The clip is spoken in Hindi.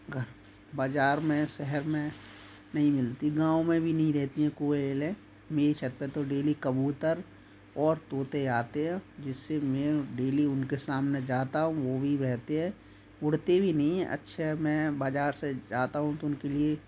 बाजार में शहर में नहीं मिलती गाँव में भी नहीं रहती है कोयल मेरी छत पे तो डेली कबूतर और तोते आते हैं जिससे मैं डेली उनके सामने जाता हूँ वो भी रहते है उड़ते भी नहीं है अच्छे मैं बाजार से आता हूँ तो उनके लिए